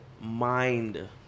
mind